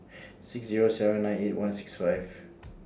six Zero seven nine eight one six five